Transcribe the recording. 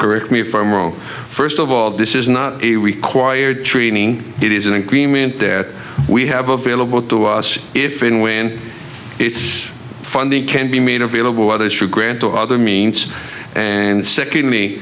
correct me if i'm wrong first of all this is not a required training it is an agreement that we have available to us if and when its funding can be made available whether it's through grant or other means and sicken me